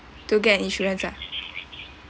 to get an insurance ah